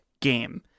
game